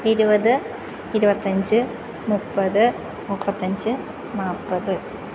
ഇരുപത് ഇരുപത്തഞ്ച് മുപ്പത് മുപ്പത്തഞ്ച് നാൽപ്പത്